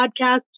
podcast